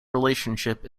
relationship